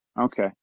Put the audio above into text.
Okay